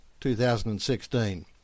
2016